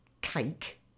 cake